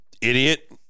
idiot